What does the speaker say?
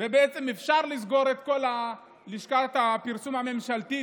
בעצם אפשר לסגור את לשכת הפרסום הממשלתית,